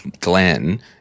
Glenn